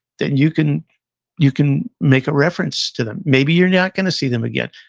then you can you can make a reference to them maybe you're not going to see them again.